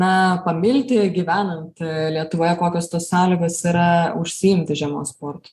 na pamilti gyvenant lietuvoje kokios tos sąlygos yra užsiimti žiemos sportu